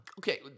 Okay